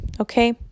okay